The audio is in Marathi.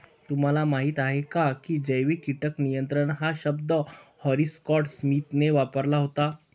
तुम्हाला माहीत आहे का की जैविक कीटक नियंत्रण हा शब्द हॅरी स्कॉट स्मिथने वापरला होता?